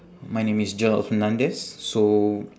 my name is joel fernandes so